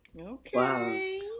Okay